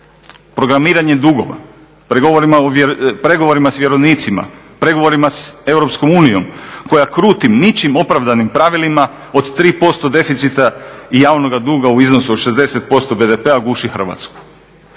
Programiranje dugova pregovorima s vjerovnicima, pregovorima s EU koja krutim, ničim opravdanim pravilima od 3% deficita i javnoga duga u iznosu od 60% BDP-a guši Hrvatsku.